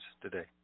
today